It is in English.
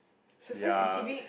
ya